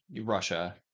Russia